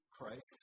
Christ